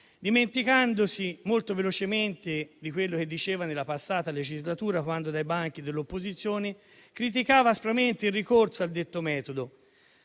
dimenticandosi molto velocemente di quello che diceva nella passata legislatura, quando dai banchi delle opposizioni criticava aspramente il ricorso a detto metodo,